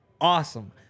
Awesome